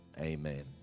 Amen